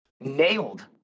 nailed